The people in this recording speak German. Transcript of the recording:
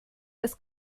des